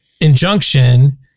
injunction